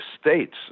states